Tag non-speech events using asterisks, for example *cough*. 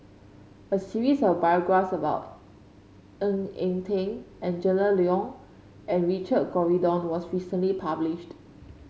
a series of *unintelligible* about Ng Eng Teng Angela Liong and Richard Corridon was recently published